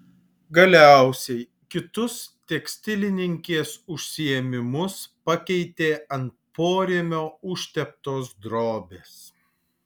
galiausiai kitus tekstilininkės užsiėmimus pakeitė ant porėmio užtemptos drobės